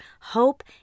hope